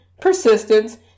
persistence